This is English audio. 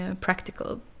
practical